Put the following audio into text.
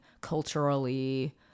culturally